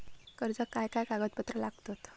कर्जाक काय काय कागदपत्रा लागतत?